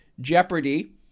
Jeopardy